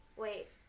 Wait